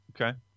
Okay